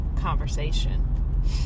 conversation